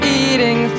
eating